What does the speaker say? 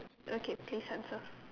okay please answer